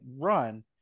run